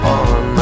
on